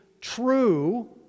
true